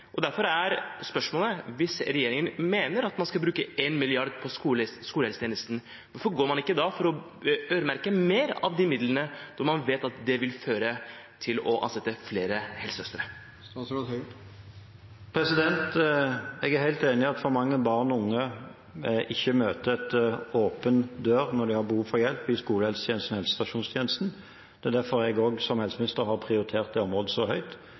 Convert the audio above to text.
Derfor er spørsmålet: Hvis regjeringen mener at man skal bruke én milliard til skolehelsetjenesten, hvorfor øremerker man ikke mer av midlene når man vet at det vil føre til at det blir ansatt flere helsesøstre? Jeg er helt enig i at for mange barn og unge ikke møter en åpen dør når de har behov for hjelp i skolehelsetjenesten og helsestasjonstjenesten. Det er derfor jeg som helseminister har prioritert dette området så høyt.